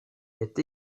est